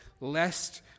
lest